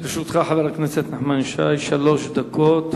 לרשותך, חבר הכנסת נחמן שי, שלוש דקות.